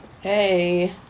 Hey